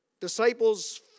Disciples